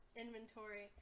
inventory